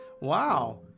wow